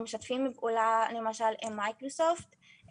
אנחנו משתפים פעולה למשל עם מייקרוסופט.